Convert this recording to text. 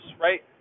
right